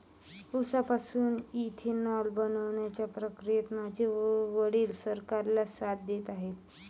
उसापासून इथेनॉल बनवण्याच्या प्रक्रियेत माझे वडील सरकारला साथ देत आहेत